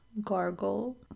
gargle